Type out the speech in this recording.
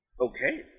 Okay